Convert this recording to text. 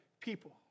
people